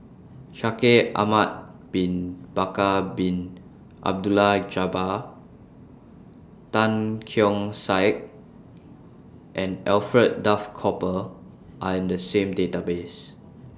Shaikh Ahmad Bin Bakar Bin Abdullah Jabbar Tan Keong Saik and Alfred Duff Cooper Are in The same Database